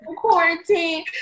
quarantine